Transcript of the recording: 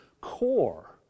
core